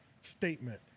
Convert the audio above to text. statement